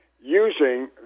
using